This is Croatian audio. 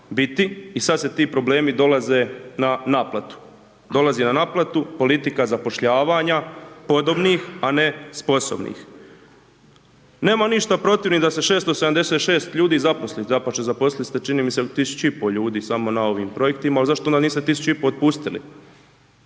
biti i sad se ti problemi dolaze na naplatu, dolazi na naplatu politika zapošljavanja podobnih, a ne sposobnih. Nemam ništa protiv ni da se 676 ljudi zaposli, dapače, zaposlili ste čini mi se 1500 ljudi samo na ovim projektima, ali zašto onda niste 1500 otpustili